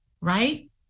right